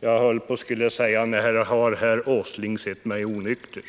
Jag höll på att säga: När har herr Åsling sett mig onykter?